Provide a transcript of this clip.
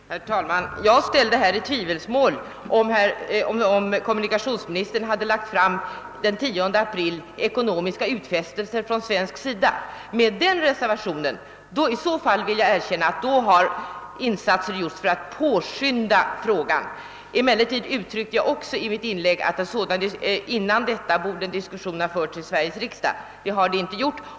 Herr talman! Jag gjorde den reservationen att jag ställde i tvivelsmål om kommunikationsministern den 10 april hade lämnat ekonomiska utfästelser för svensk del. Om sådana utfästelser föreligger, vill jag erkänna att kommunikationsministern har gjort en insats för att påskynda ärendet. Emellertid sade jag också i mitt inlägg, att frågan i så fall först borde ha tagits upp i Sveriges » riksdag, och det har inte skett.